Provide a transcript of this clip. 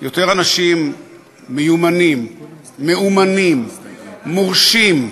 יותר אנשים מיומנים, מאומנים, מורשים,